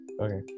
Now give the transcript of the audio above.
Okay